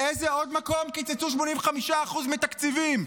באיזה עוד מקום קיצצו 85% מתקציבים?